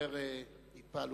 מעורר התפעלות.